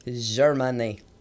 Germany